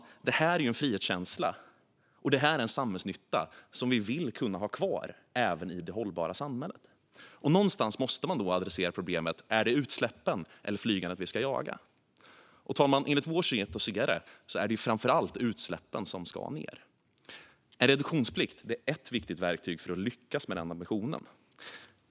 Flyget ger alltså både en frihetskänsla och är en samhällsnytta som vi vill kunna ha kvar även i det hållbara samhället. Någonstans måste man då adressera problemet: Är det utsläppen eller flygandet vi ska jaga? Enligt vårt sätt att se det är det framför allt utsläppen som ska ned. En reduktionsplikt är ett viktigt verktyg för att lyckas med den ambitionen.